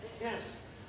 Yes